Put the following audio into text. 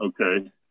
okay